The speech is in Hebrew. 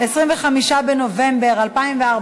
25 בנובמבר 2014,